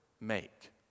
make